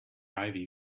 ivy